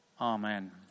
Amen